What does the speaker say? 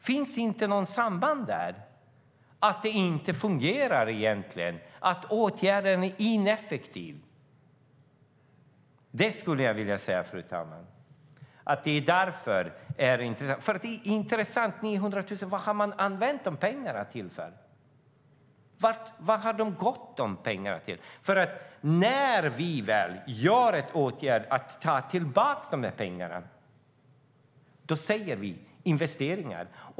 Finns det inte något samband där - att det inte fungerar, att åtgärden är ineffektiv? Jag skulle vilja säga att det är därför, fru talman, och det är intressant. När vi väl gör en åtgärd för att ta tillbaka pengarna vill vi göra investeringar.